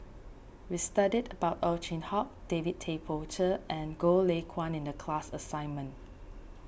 we studied about Ow Chin Hock David Tay Poey Cher and Goh Lay Kuan in the class assignment